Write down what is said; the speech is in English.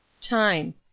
time